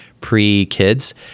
pre-kids